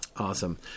Awesome